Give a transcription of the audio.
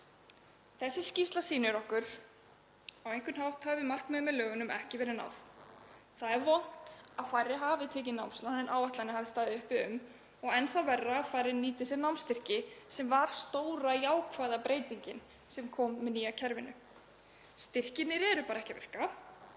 Þessi skýrsla sýnir okkur að á einhvern hátt hafi markmiði með lögunum ekki verið náð. Það er vont að færri hafi tekið námslán en áætlanir hafi verið um og enn þá verra að færri nýti sér námsstyrki sem var stóra jákvæða breytingin sem kom með nýja kerfinu. Styrkirnir eru ekki að virka.